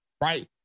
right